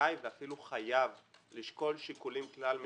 זכאי ואפילו חייב לשקול שיקולים כלל משקיים,